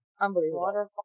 unbelievable